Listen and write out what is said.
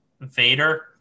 Vader